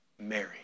Mary